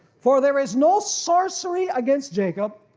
for there is no sorcery against jacob,